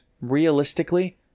realistically